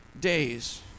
days